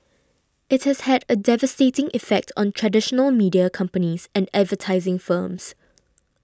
it has had a devastating effect on traditional media companies and advertising firms